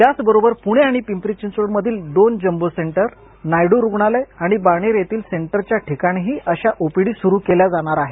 त्याचबरोबर पुणे आणि पिंपरी चिंचवडमधील दोन जम्बो सेंटर नायडू रुग्णालय आणि बाणेर येथील सेंटरच्या ठिकाणीही अशा ओपीडी सुरू केल्या जाणार आहेत